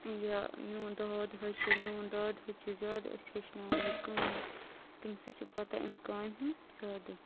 یہِ میون داد حظ چھِ میون دادٕ حظ چھِ زیادٕ اَسہِ ہٮ۪چھناوان یہِ کٲم تٔمِس حظ چھِ پتہ اَمہِ کامہِ ہِنٛز زیادٕ